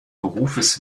berufes